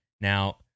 Now